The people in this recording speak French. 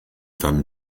femme